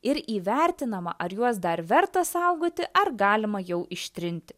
ir įvertinama ar juos dar verta saugoti ar galima jau ištrinti